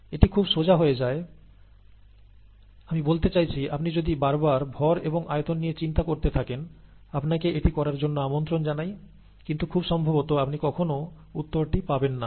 এটি খুব সোজা হয়ে যায় আমি বলতে চাইছি আপনি যদি বারবার ভর এবং আয়তন নিয়ে চিন্তা করতে থাকেন আপনাকে এটি করার জন্য আমন্ত্রণ জানাই কিন্তু খুব সম্ভবত আপনি কখনো উত্তরটি পাবেন না